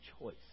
choice